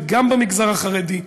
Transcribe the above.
וגם במגזר החרדי,